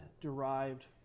derived